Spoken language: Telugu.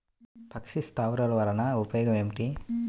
పక్షి స్థావరాలు వలన ఉపయోగం ఏమిటి?